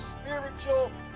spiritual